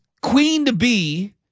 queen-to-be